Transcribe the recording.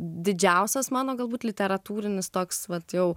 didžiausias mano galbūt literatūrinis toks vat jau